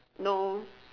no